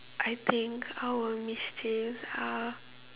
I think our mischiefs are